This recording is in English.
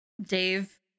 Dave